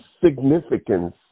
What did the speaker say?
significance